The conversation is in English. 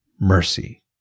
mercy